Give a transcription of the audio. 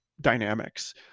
dynamics